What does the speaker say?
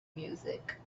music